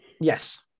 Yes